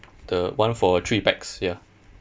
the one for three pax ya